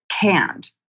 canned